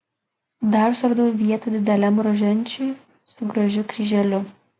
dar suradau vietą dideliam rožančiui su gražiu kryželiu